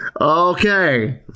Okay